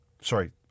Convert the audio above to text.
Sorry